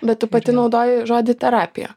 bet tu pati naudoju žodį terapija